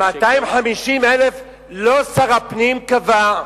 250,000 לא שר הפנים קבע,